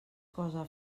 cosa